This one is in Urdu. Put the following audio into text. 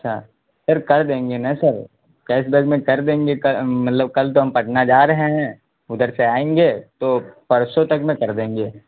اچھا سر کر دیں گے نا سر کیش بیک میں کر دیں گے مطلب کل تو ہم پٹنہ جا رہے ہیں ادھر سے آئیں گے تو پرسوں تک میں کر دیں گے